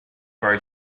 very